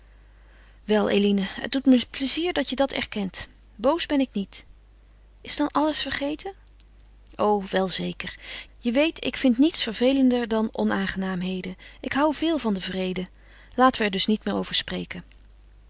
wel eline het doet me plezier dat je dat erkent boos ben ik niet is dan alles vergeten o wel zeker je weet ik vind niets vervelender dan onaangenaamheden ik hoû veel van den vrede laten we er dus niet meer over spreken